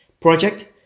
project